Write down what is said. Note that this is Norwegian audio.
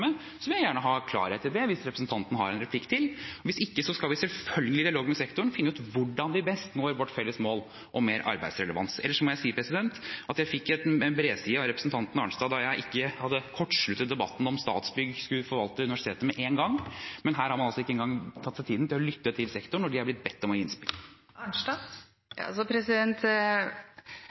vil jeg gjerne ha klarhet i det – hvis representanten har en replikk til – hvis ikke skal vi selvfølgelig i dialog med sektoren finne ut hvordan vi best når vårt felles mål om mer arbeidsrelevans. Ellers må jeg si at jeg fikk en bredside av representanten Arnstad da jeg ikke hadde kortsluttet debatten om Statsbygg skulle forvalte universitetene med en gang, men her har man altså ikke engang tatt seg tid til å lytte til sektoren, når de har blitt bedt om å